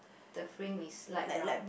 the frame is light brown